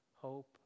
hope